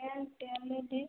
Airtel में दी